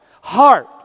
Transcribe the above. Heart